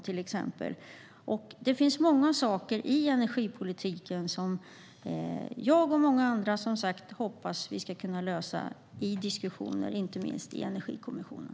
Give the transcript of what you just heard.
Det finns som sagt många saker i energipolitiken som jag och många andra hoppas att vi ska kunna lösa i diskussioner inte minst i Energikommissionen.